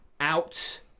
out